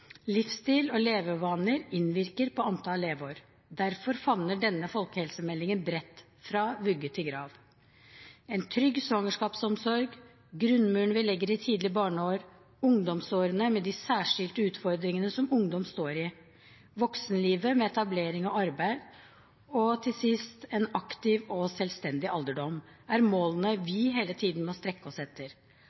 Livsstil og levevaner innvirker på antall leveår. Derfor favner denne folkehelsemeldingen bredt, fra vugge til grav. En trygg svangerskapsomsorg, grunnmuren vi legger i tidlige barneår, ungdomsårene med de særskilte utfordringene som ungdom står i, voksenlivet med etablering og arbeid og til sist en aktiv og selvstendig alderdom er målene vi hele tiden må strekke oss etter.